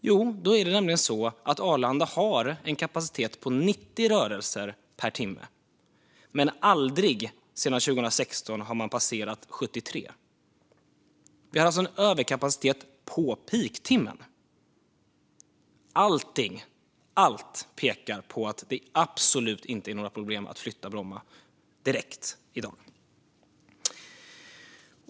Ja, så här är det: Arlanda har en kapacitet på 90 rörelser per timme, men man har sedan 2016 aldrig passerat 73. Man har alltså en överkapacitet på peaktimmen. Allting - allt - pekar på att det absolut inte vore några problem att flytta Bromma direkt, i dag.